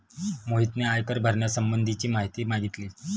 मोहितने आयकर भरण्यासंबंधीची माहिती मागितली